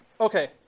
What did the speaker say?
Okay